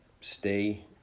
stay